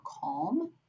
calm